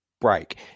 break